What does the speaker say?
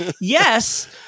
yes